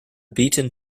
beaten